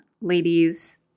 ladies